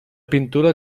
pintura